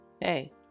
hey